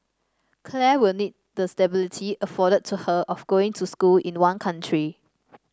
Claire will need the stability afforded to her of going to school in one country